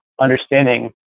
understanding